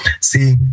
see